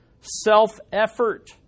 Self-effort